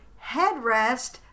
headrest